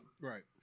Right